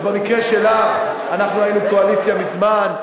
אז במקרה שלך, אנחנו היינו קואליציה מזמן.